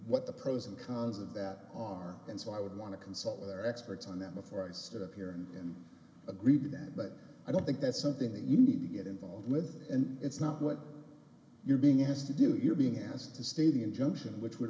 what the pros and cons of that are and so i would want to consult with their experts on that before i stood up here and agreed to that but i don't think that's something you need to get involved with and it's not what you're being asked to do you're being asked to stay the injunction which would